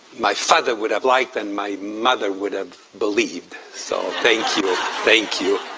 my father would've liked and my mother would've believed. so, thank you, thank you.